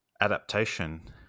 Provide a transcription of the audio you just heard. adaptation